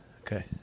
Okay